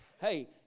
Hey